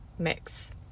mix